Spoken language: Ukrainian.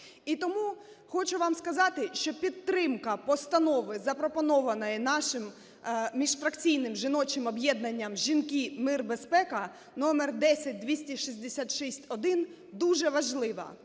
І тому хочу вам сказати, що підтримка постанови, запропонованої нашим міжфракційним жіночим об'єднанням "Жінки. Мир. Безпека" (номер 10266-1) дуже важлива.